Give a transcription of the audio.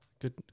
good